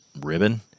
ribbon